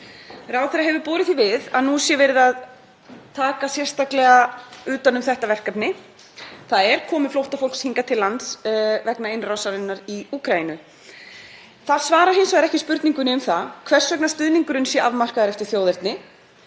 Ráðherra hefur borið því við að nú sé verið að taka sérstaklega utan um þetta verkefni, þ.e. komu flóttafólks hingað til lands vegna innrásarinnar í Úkraínu. Það svarar hins vegar ekki spurningunni um það hvers vegna stuðningurinn sé afmarkaður eftir þjóðerni,